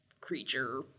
creature